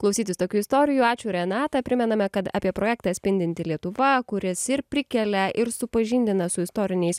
klausytis tokių istorijų ačiū renata primename kad apie projektą spindinti lietuva kurias ir prikelia ir supažindina su istoriniais